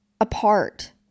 apart